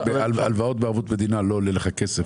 --- הלוואות בערבות מדינה לא עולות לך כסף.